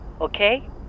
Okay